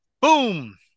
boom